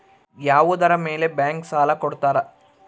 ಯಾವುದರ ಮೇಲೆ ಬ್ಯಾಂಕ್ ಸಾಲ ಕೊಡ್ತಾರ?